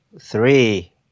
three